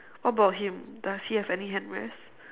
what about him does he have any hand rest